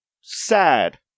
sad